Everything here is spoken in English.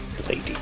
Lady